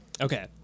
Okay